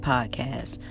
Podcast